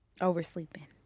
Oversleeping